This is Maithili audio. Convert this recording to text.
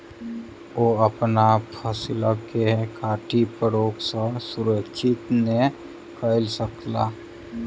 ओ अपन फसिल के कीट प्रकोप सॅ सुरक्षित नै कय सकला